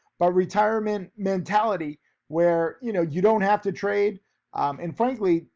but retirement mentality where you know, you don't have to trade and frankly,